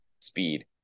speed